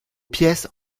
pièces